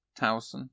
Towson